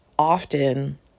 often